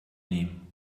nehmen